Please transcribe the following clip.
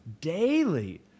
daily